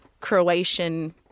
Croatian